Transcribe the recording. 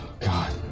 God